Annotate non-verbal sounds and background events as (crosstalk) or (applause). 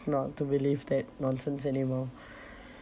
not to believe that nonsense anymore (breath)